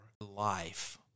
life